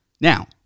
Now